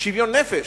ושוויון הנפש,